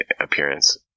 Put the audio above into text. appearance